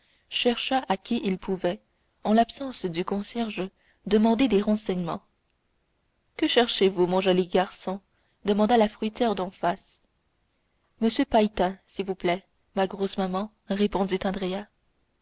chercha à qui il pouvait en l'absence du concierge demander des renseignements que cherchez-vous mon joli garçon demanda la fruitière d'en face m pailletin s'il vous plaît ma grosse maman répondit